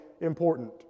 important